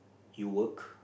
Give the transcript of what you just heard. you work